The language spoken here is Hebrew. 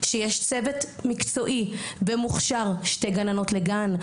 שיהיה מורכב מצוות מקצועי ומוכשר של שתי גננות לגן,